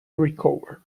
recover